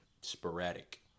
sporadic